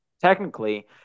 technically